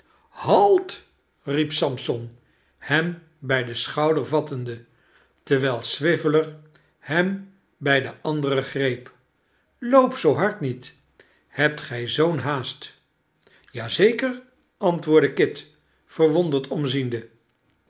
halt riep sampson hem bij den schouder vattende terwijl swiveller hem bij den anderen greep loop zoo hard niet hebt gij zoo'n haast ja zeker antwoordde kit verwonderd omziende